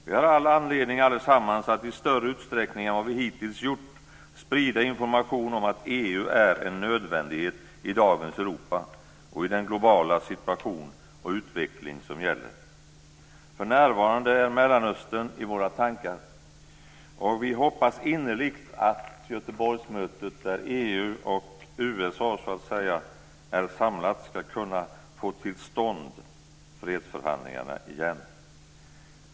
Vi har allesammans all anledning att i större utsträckning än vad vi hittills gjort sprida information om att EU är en nödvändighet i dagens Europa och i den globala situation och utveckling som gäller. För närvarande är Mellanöstern i våra tankar, och vi hoppas innerligt att Göteborgsmötet, där företrädare för EU och USA samlas, ska kunna få till stånd fredsförhandlingarna igen.